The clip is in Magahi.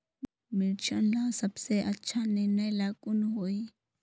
मिर्चन ला सबसे अच्छा निर्णय ला कुन होई?